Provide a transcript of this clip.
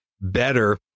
better